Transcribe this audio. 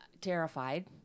terrified